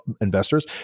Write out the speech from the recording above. investors